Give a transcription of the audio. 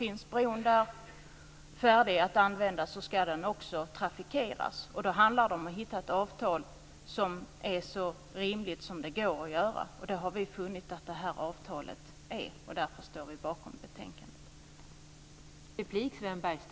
Finns bron där färdig att användas så ska den också trafikeras. Då handlar det om att hitta ett avtal som är så rimligt som det går att göra det, och det har vi funnit att detta avtal är. Därför står vi bakom betänkandet.